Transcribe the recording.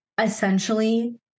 essentially